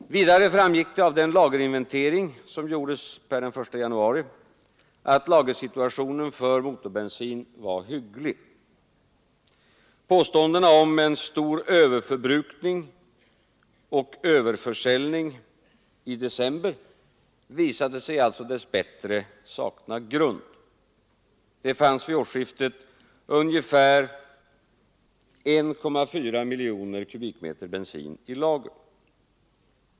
Vidare framgick av den lagerinventering som gjordes per den 1 januari att lagersituationen för motorbensin var hygglig. Påståenden om en stor överförbrukning och överförsäljning i december visade sig alltså dess bättre sakna grund. Det fanns vid årsskiftet ungefär 1,4 miljoner m? bensin i lager.